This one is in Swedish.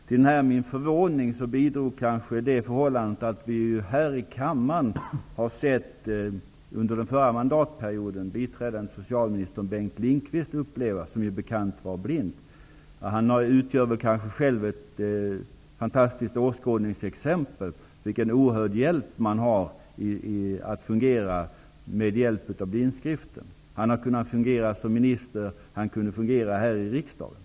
Till min förvåning bidrog kanske också det förhållandet att vi här i kammaren under den förra mandatperioden upplevde hur dåvarande biträdande socialministern Bengt Lindqvist, som ju som bekant är blind, använde sig av punktskrift. Han utgör själv ett fantastiskt åskådningsexempel på vilken oerhörd hjälp man har av blindskriften. Han har kunnat fungera som minister, och han kunde fungera här i riksdagen.